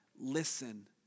Listen